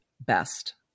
best